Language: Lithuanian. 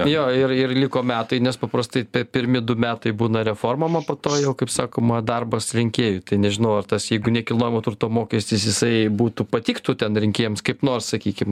jo ir ir liko metai nes paprastai pirmi du metai būna reformom o po to jau kaip sakoma darbas rinkėjų tai nežinau ar tas jeigu nekilnojamo turto mokestis jisai būtų patiktų ten rinkėjams kaip nors sakykim